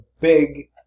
big